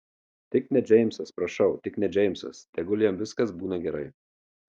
tik ne džeimsas prašau tik ne džeimsas tegul jam viskas būna gerai